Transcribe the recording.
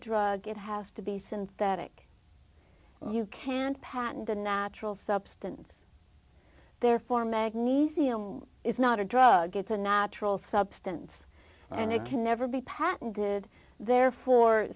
drug it has to be synthetic you can't patent the natural substance therefore magnesium is not a drug it's a natural substance and it can never be patented therefore